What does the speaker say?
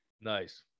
Nice